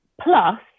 plus